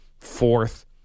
fourth